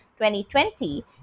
2020